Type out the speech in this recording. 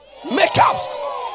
Makeups